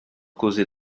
causé